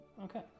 Okay